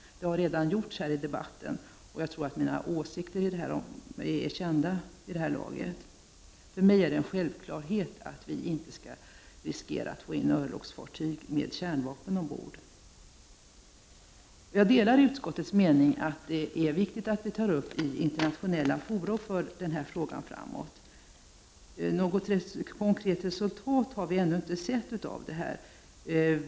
Det har redan gjorts här i debatten. Jag tror att mina åsikter i detta avseende är kända vid det här laget. För mig är det en självklarhet att vi inte skall riskera att få in örlogsfartyg som har kärnvapen ombord. Jag delar utskottets mening att det är viktigt att vi i internationella fora tar upp den här frågan och att vi bidrar till att den förs framåt. Något konkret resultat har vi ännu inte sett här.